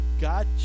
God